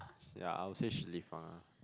ya I will say she leave ah